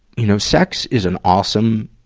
you know, sex is an awesome,